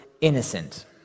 innocent